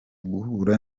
guhura